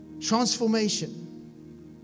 transformation